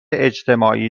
اجتماعی